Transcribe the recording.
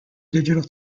digital